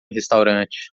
restaurante